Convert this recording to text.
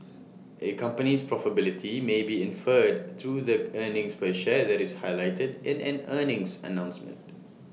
A company's profitability may be inferred through the earnings per share that is highlighted in an earnings announcement